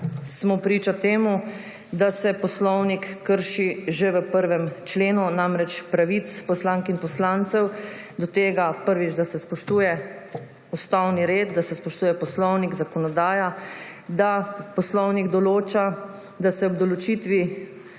smo priča temu, da se Poslovnik krši že v 1. členu, namreč pravice poslank in poslancev do tega, da se, prvič, spoštuje ustavni red, da se spoštuje poslovnik, zakonodaja, da poslovnik določa, da se ob določitvi